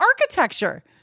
architecture